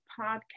podcast